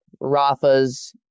Rafa's